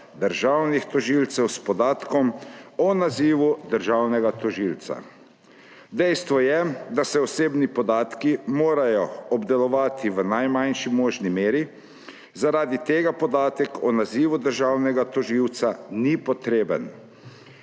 državnih tožilcev s podatkom o nazivu državnega tožilca. Dejstvo je, da se osebni podatki morajo obdelovati v najmanjši možni meri, zaradi tega podatek o nazivu državnega tožilca ni potreben.